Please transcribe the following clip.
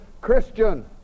Christian